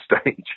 stage